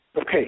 Okay